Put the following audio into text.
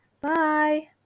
Bye